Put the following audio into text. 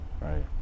Right